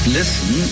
listen